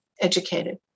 educated